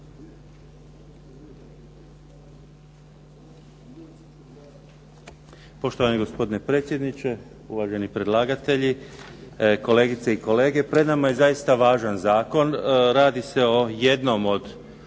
Poštovani gospodine predsjedniče. Uvaženi predlagatelji, kolegice i kolege. Pred nama je zaista važan zakon. Radi se o jednom od